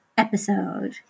episode